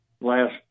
last